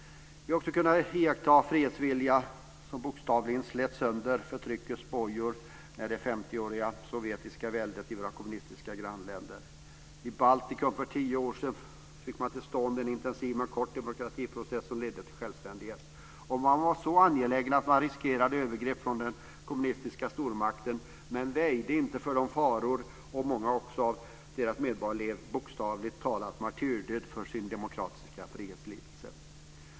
Vi har också kunnat iaktta en frihetsvilja som bokstavligen slet sönder förtryckets bojor - det 50 åriga sovjetiska väldet i våra kommunistiska grannländer. I Baltikum för tio år sedan fick man till stånd en intensiv men kort demokratiprocess som ledde till självständighet. Man var så angelägen att man riskerade övergrepp från den kommunistiska stormakten men väjde inte för faror, och många av deras medborgare led bokstavligt talat martyrdöden för sin demokratiska frihetslidelse.